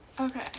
Okay